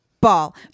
ball